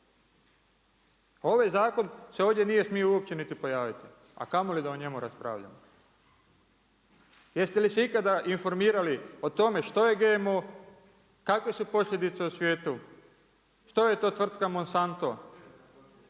Ovaj zakon se ovdje nije smijo uopće niti pojaviti, a kamo li da o njemu raspravljamo. Jeste li se ikada informirali o tome što je GMO, kakve su posljedice u svijetu, što je to tvrtka Monsanto,